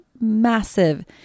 massive